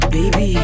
Baby